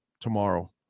tomorrow